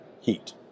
heat